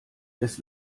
des